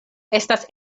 estas